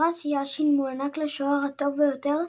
פרס יאשין מוענק לשוער הטוב ביותר,